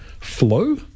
flow